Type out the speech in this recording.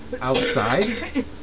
Outside